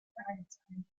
vereinsheim